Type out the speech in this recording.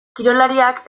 kirolariak